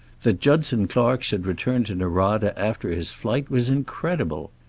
that judson clark should return to norada after his flight was incredible.